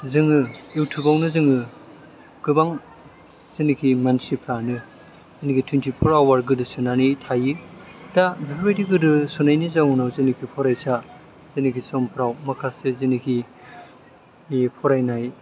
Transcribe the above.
जोङो इउथुबावनो जोङो गोबां जेनाखि मानसिफ्रानो टुइनटि फर आवार गोदोसोनानै थायो दा बेफोरबायदि गोदोसोनायनि जाउनाव जेनाखि फरायसा जेनेखि समफ्राव माखासे जेनाखि फरायनाय